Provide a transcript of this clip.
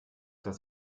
das